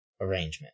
arrangement